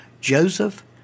Joseph